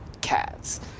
cats